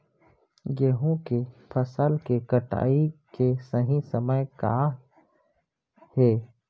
गेहूँ के फसल के कटाई के सही समय का हे?